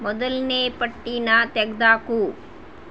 ಮೊದಲನೇ ಪಟ್ಟೀನ ತೆಗೆದಾಕು